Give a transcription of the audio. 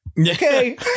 Okay